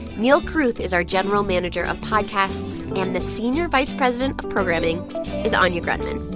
neal carruth is our general manager of podcasts. and the senior vice president of programming is anya grundmann.